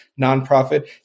nonprofit